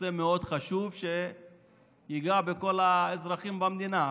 נושא מאוד חשוב שייגע בכל האזרחים במדינה,